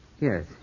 Yes